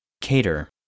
Cater